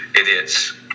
idiots